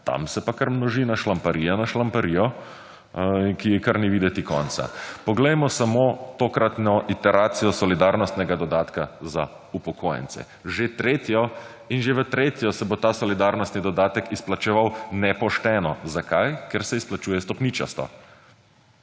Tam se pa kar množi na »šlamparija« na »šlamparijo«, ki je kar ni videti konec. Poglejmo samo tokratno iteracijo solidarnostnega dodatka za upokojence. Že tretjo in že v tretjo se bo ta solidarnostni dodatek izplačeval ne pošteno. Zakaj? Ker se izplačuje stopničasto.